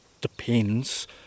depends